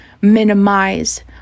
minimize